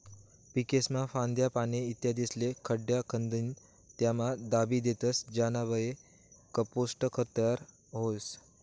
पीकेस्न्या फांद्या, पाने, इत्यादिस्ले खड्डा खंदीन त्यामा दाबी देतस ज्यानाबये कंपोस्ट खत तयार व्हस